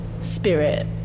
spirit